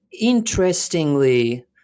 interestingly